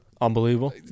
unbelievable